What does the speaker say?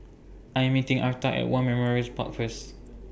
I'm meeting Arta At War Memorials Park First